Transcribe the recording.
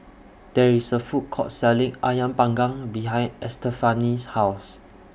There IS A Food Court Selling Ayam Panggang behind Estefani's House